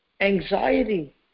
Anxiety